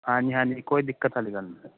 ਹਾਂਜੀ ਹਾਂਜੀ ਕੋਈ ਦਿੱਕਤ ਆਲੀ ਗੱਲ ਨੀ